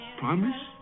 promise